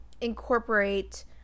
incorporate